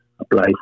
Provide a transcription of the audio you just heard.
apply